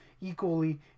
equally